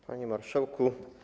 Panie Marszałku!